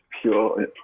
pure